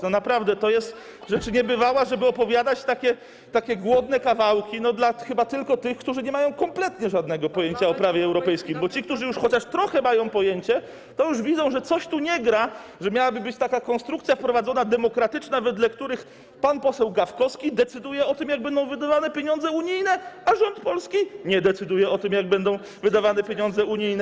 Naprawdę to jest rzecz niebywała, żeby opowiadać takie głodne kawałki chyba tylko dla tych, którzy nie mają kompletnie żadnego pojęcia o prawie europejskim, bo ci, którzy już chociaż trochę mają pojęcie, to już widzą, że coś tu nie gra, że miałaby być taka konstrukcja wprowadzona demokratyczna, wedle której pan poseł Gawkowski decyduje, jak będą wydawane pieniądze unijne, a rząd polski nie decyduje o tym, jak będą wydawane pieniądze unijne.